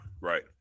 right